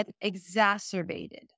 exacerbated